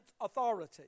authority